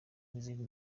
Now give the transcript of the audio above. izindi